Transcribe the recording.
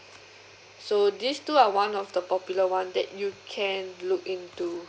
so these two are one of the popular [one] that you can look into